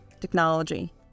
technology